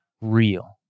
real